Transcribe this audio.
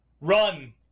Run